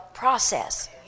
process